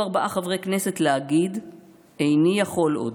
ארבעה חברי כנסת להגיד "איני יכול עוד"